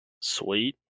Sweet